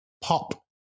pop